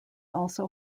also